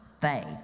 faith